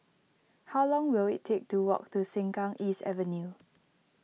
how long will it take to walk to Sengkang East Avenue